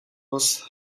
was